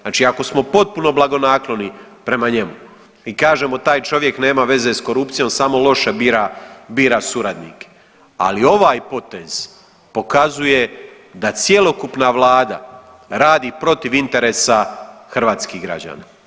Znači ako smo potpuno blagonakloni prema njemu i kažemo taj čovjek nema veze s korupcijom samo loše bira, bira suradnike, ali ovaj potez pokazuje da cjelokupna vlada radi protiv interesa hrvatskih građana.